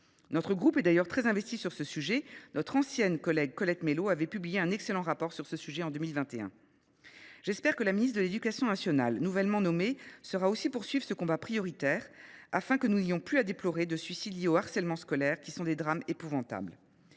Notre groupe est d’ailleurs très investi sur ce sujet, sur lequel notre ancienne collègue Colette Mélot avait publié un excellent rapport d’information en 2021. J’espère que la ministre de l’éducation nationale nouvellement nommée saura poursuivre ce combat prioritaire, afin que nous n’ayons plus à déplorer de suicides liés au harcèlement scolaire, de tels drames étant épouvantables.